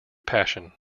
passion